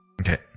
Okay